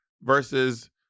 versus